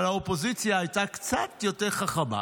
אבל האופוזיציה הייתה קצת יותר חכמה,